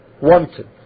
wanted